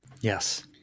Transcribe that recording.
Yes